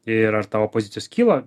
ir ar tavo pozicijos kyla